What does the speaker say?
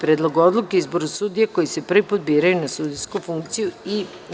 Predlog odluke o izboru sudija koji se prvi put biraju n sudijsku funkciju; 11.